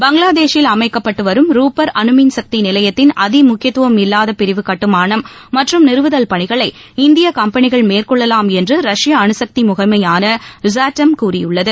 பங்களாதேஷில் அமைக்கப்பட்டு வரும் ரூப்பர் அனுமின்சக்தி நிலையத்தின் அதிமுக்கியத்துவம் இல்லாத பிரிவு கட்டுமானம் மற்றம் நிறுவதல் பணிகளை இந்திய கம்பெனிகள் மேற்கொள்ளலாம் என்று ரஷ்ய அணுசக்தி முகமையான ரோஸாத்தம் கூறியுள்ளது